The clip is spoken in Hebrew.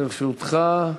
לרשותך.